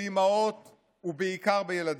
באימהות ובעיקר בילדים.